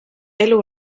elu